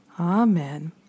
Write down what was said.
Amen